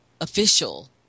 official